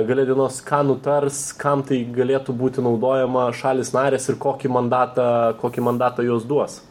gale dienos ką nutars kam tai galėtų būti naudojama šalys narės ir kokį mandatą kokį mandatą jos duos